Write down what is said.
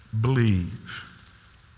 Believe